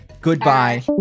Goodbye